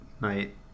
night